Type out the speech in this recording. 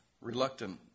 reluctant